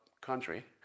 country